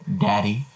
Daddy